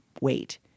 wait